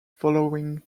following